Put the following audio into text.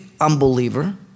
unbeliever